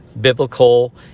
biblical